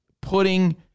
putting